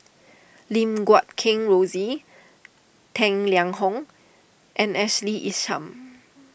Lim Guat Kheng Rosie Tang Liang Hong and Ashley Isham